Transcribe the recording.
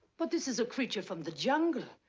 but this is a creature from the jungle.